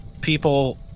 people